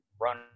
run